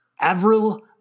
Avril